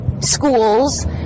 schools